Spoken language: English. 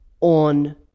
on